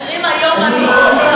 המחירים היום עלו.